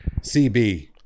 CB